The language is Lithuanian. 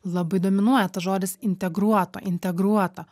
labai dominuoja tas žodis integruota integruota